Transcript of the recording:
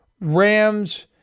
Rams